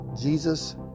Jesus